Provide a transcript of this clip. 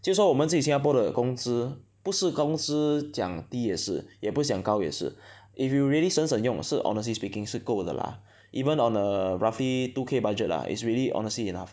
就是说我们自己新加坡的公司不是公司讲低事也不想高也是 if you really 省省用是 honestly speaking 是够的 lah even on a roughly two K budget lah it's really honestly enough